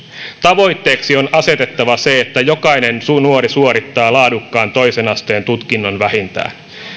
tavoitteeksi on asetettava se että jokainen nuori suorittaa laadukkaan vähintään toisen asteen tutkinnon